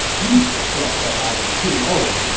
you suggest that i am too old.